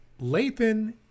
Lathan